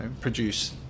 produce